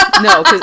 No